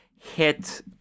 hit